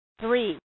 Three